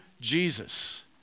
Jesus